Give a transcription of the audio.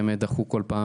ולצערי הם דחו בכל פעם.